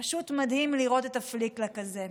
פשוט מדהים לראות את הפליק-פלאק הזה.